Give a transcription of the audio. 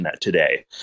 today